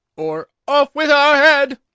or, off with her head!